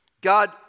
God